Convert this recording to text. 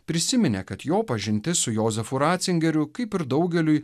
prisiminė kad jo pažintis su jozefu ratzingeriu kaip ir daugeliui